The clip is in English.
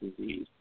disease